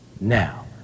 Now